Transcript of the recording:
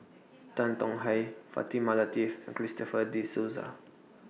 Tan Tong Hye Fatimah Lateef and Christopher De Souza